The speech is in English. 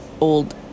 old